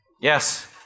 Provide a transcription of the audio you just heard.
Yes